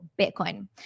Bitcoin